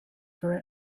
for